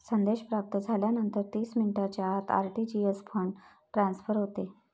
संदेश प्राप्त झाल्यानंतर तीस मिनिटांच्या आत आर.टी.जी.एस फंड ट्रान्सफर होते